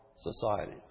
society